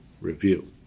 review